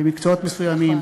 שבמקצועות מסוימים,